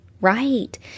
Right